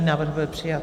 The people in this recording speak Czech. Návrh byl přijat.